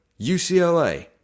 UCLA